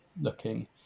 looking